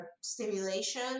stimulation